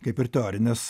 kaip ir teorinis